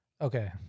Okay